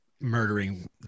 murdering